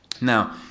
Now